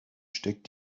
steckt